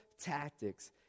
tactics